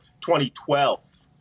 2012